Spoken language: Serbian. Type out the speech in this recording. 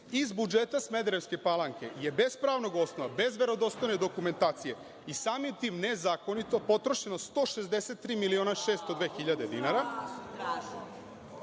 iz budžeta Smederevske Palanke, bez pravnog odnosa, bez verodostojne dokumentacije i samim tim nezakonito, potrošeno 163 miliona i 602 hiljade dinara.